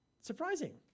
surprising